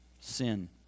sin